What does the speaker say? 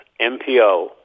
MPO